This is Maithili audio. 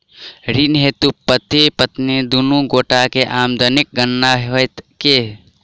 ऋण हेतु पति पत्नी दुनू गोटा केँ आमदनीक गणना होइत की?